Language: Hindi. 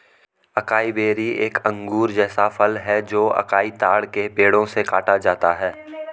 अकाई बेरी एक अंगूर जैसा फल है जो अकाई ताड़ के पेड़ों से काटा जाता है